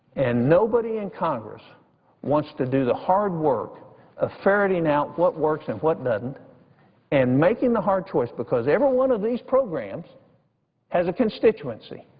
and nobody in congress wants to do the hard work of ferreting out what works and what doesn't and making the hard choice, because every one of these programs has a constituency.